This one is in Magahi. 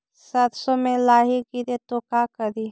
सरसो मे लाहि गिरे तो का करि?